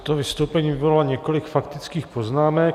Toto vystoupení vyvolalo několik faktických poznámek.